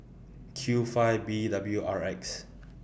Q five B W R X